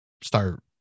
start